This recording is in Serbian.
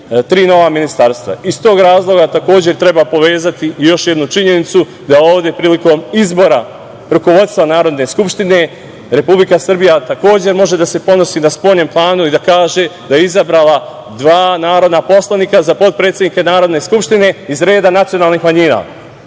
tog razloga takođe treba povezati i još jednu činjenicu da ovde prilikom izbora rukovodstva Narodne skupštine Republika Srbija takođe može da se ponosi na spoljnom planu i da kaže da je izabrala dva narodna poslanika za potpredsednike Narodne skupštine iz reda nacionalnih manjina.